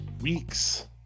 weeks